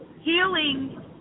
healing